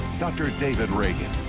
dr. david reagan.